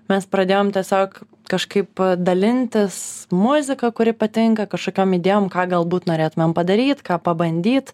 mes pradėjom tiesiog kažkaip dalintis muzika kuri patinka kažkokiom idėjom ką galbūt norėtumėm padaryt ką pabandyt